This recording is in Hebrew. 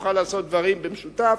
נוכל לעשות דברים במשותף,